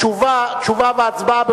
שתשובה והצבעה,